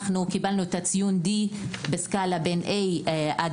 אנחנו קיבלנו את הציון D בסקלה שבין A ל-F.